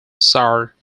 sir